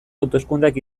hauteskundeak